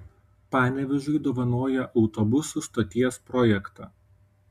panevėžiui dovanoja autobusų stoties projektą